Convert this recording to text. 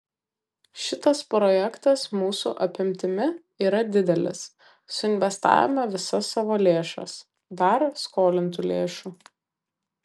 šitas projektas mūsų apimtimi yra didelis suinvestavome visas savo lėšas dar skolintų lėšų